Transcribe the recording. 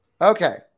Okay